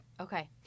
Okay